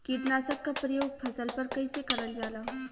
कीटनाशक क प्रयोग फसल पर कइसे करल जाला?